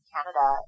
Canada